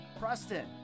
Preston